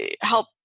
help